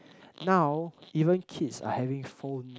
now even kids are having phones